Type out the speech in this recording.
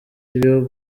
byo